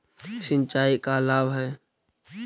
सिंचाई का लाभ है?